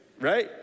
Right